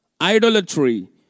idolatry